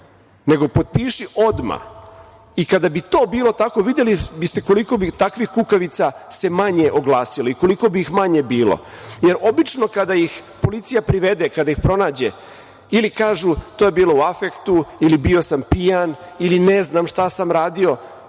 nego potpiši odmah i kada bi to bilo tako, videli bi ste koliko bi takvih kukavica se manje oglasilo i koliko bi ih manje bilo. Obično kada ih policija privede, kada ih pronađe ili kažu to je bilo u afektu ili bio sam pijan ili ne znam šta sam radio,